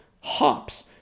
hops